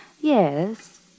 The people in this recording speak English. yes